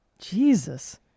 Jesus